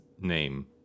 name